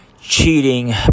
cheating